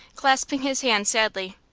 clasping his hands sadly.